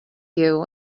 you